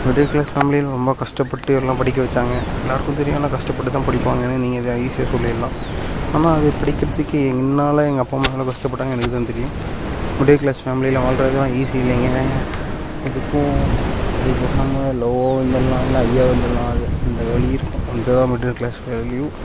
middle class family ரொம்ப கஷ்டப்பட்டு எல்லாம் படிக்க வச்சாங்க எல்லோருக்கும் தெரியும் எல்லாம் கஷ்டப்பட்டுதான் படிப்பாங்கன்னு நீங்கள் இதை ஈஸியாக சொல்லிடலாம் ஆனால் அது படிக்கிறத்துக்கே என்னால் எங்கள் அப்பா அம்மா எவ்வளோ கஷ்டப்பட்டாங்கன்னு எனக்கு தான் தெரியும் மிடில் க்ளாஸ் ஃபேமிலியில் வாழ்கிறதுலாம் ஈஸி இல்லைங்க அதுக்கும் அதுக்கு பேசாமல் லோவாவே இருந்துரலாம் இல்லைனா ஹையாகவே இருந்துரலாம் அது அந்த வலி இருக்குது அந்த அதுதான் மிடில் க்ளாஸ் வேல்யூ